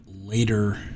later